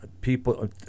people